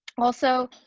also,